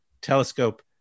telescope